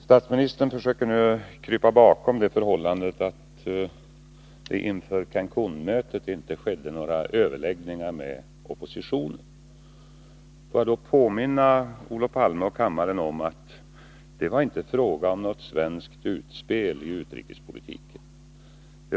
Herr talman! Statsministern försöker nu krypa bakom det förhållandet att det inför Cancun-mötet inte skedde några överläggningar med oppositionen. Får jag påminna Olof Palme och kammaren om att det då inte var fråga om något svenskt utspel i utrikespolitiken.